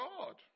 God